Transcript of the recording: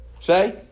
Say